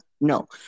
No